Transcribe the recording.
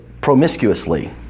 promiscuously